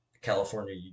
California